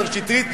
השר שטרית,